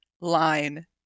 line